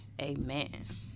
amen